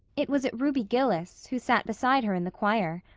it was at ruby gillis, who sat beside her in the choir.